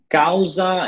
causa